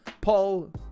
Paul